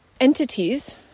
entities